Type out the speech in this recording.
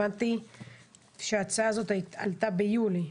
הבנתי שההצעה הזאת עלתה ביוני,